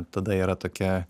tada yra tokia